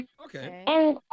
Okay